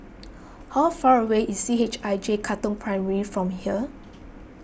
how far away is C H I J Katong Primary from here